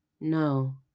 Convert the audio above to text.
No